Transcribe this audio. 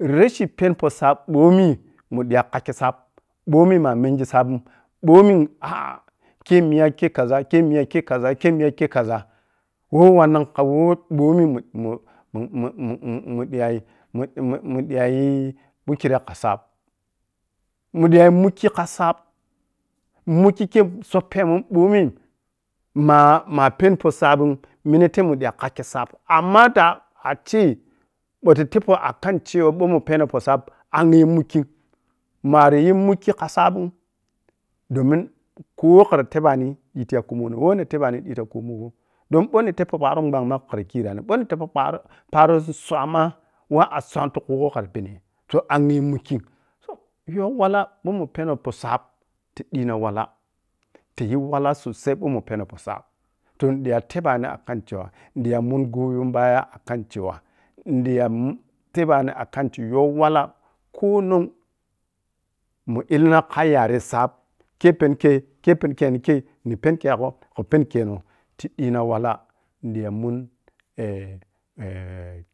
Rashin peni pohk sabi ɓomi mundiya an kakhi sabi ɓomi mamengi sabin ɓomi a’a kei miya kei khaza-kai miya kei kaza-kei miya kei kaza ɓou wannan kha wei ɓomi mun-mun-mun-mun ƌiyai mun-mun-mun diya yu mun-mun-mun-mun diya yu wikkra kha sab mun diga yu mukki kha sab, mukki kei sɔpɛ mun bomi manma. Pɛnipohsab minentei munta kakkhi sab amma da ace bou ta pebpoh akan cewa bou mu pɛno poh sab angyi mukkim mariyun mukki ka sabo domin ko who khara tebani nigin ti kumo noh woh na tebani nigan ti kumogho don bou ni tebpoh paro woh bang ma khara khirini ɓou nitebpo paro who kparotswa ma wa atswan khu gho khara pɛni so, angyi mukkim toh youwala mamun pɛena poh sabi ti diina wala tiyi wala sosai bou mun penou poh sab tun ƌiya tebani akan awa diya a’n mungoyonbaya akan cewa nidiya mun diya tebani cewa youwala konong mun illina kha yare sab kei peni kei, kei pɛni kei ni kei, ni pɛni kegho, khu peni keno ti diyi na wala mun diya monni